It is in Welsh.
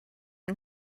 yng